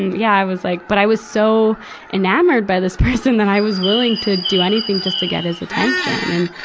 and yeah, i was like but i was so enamored by this person that i was willing to do anything just to get his attention. and,